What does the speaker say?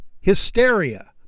Hysteria